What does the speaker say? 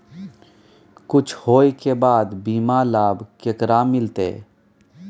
कुछ होय के बाद बीमा लाभ केकरा मिलते?